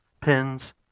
pins